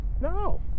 No